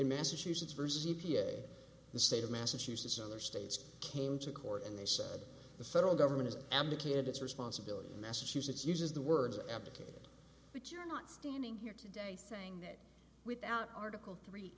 in massachusetts versus e p a the state of massachusetts or other states came to court and they said the federal government has abdicated its responsibility in massachusetts uses the word abdicated but you're not standing here today saying that without article three